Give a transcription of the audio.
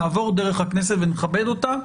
נעבור דרך הכנסת ונכבד אותה.